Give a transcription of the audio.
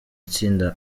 itsinda